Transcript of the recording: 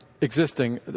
existing